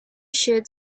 should